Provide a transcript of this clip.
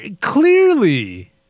Clearly